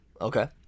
Okay